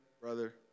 brother